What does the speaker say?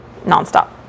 nonstop